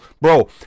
bro